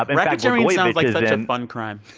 um and racketeering sounds like such a fun crime